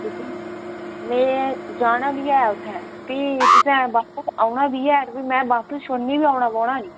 में जाना बी ऐ उत्थै भी तुसें बापस औना बी ऐ भी में बापस छुड़ने ई बी औना पौना निं